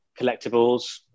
collectibles